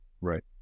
Right